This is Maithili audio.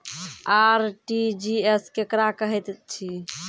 आर.टी.जी.एस केकरा कहैत अछि?